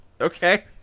Okay